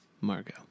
Margot